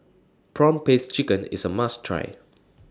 Prawn Paste Chicken IS A must Try